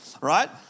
right